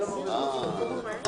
מי נמנע?